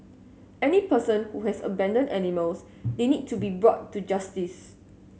any person who has abandoned animals they need to be brought to justice